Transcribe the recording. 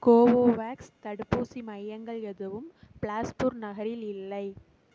Covovax தடுப்பூசி மையங்கள் எதுவும் பிலாஸ்பூர் நகரில் இல்லை